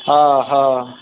हॅं हॅं